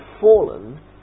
fallen